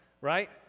right